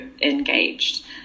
engaged